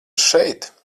šeit